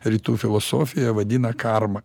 rytų filosofija vadina karma